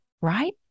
right